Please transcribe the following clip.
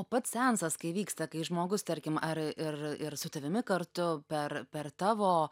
o pats seansas kai vyksta kai žmogus tarkim ar ir ir su tavimi kartu per per tavo